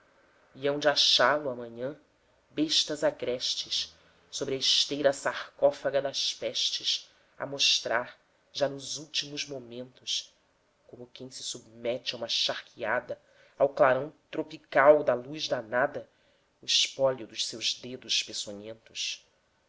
hão de achá-lo amanhã bestas agrestes sobre a esteira sarcófaga das pestes a mosrtrar já nos últimos momentos como quem se submete a uma charqueada ao clarão tropical da luz danada o espólio dos seus dedos peçonhentos